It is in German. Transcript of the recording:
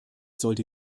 sollte